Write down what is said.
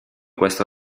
questo